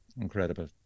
incredible